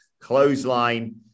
Clothesline